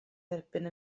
dderbyn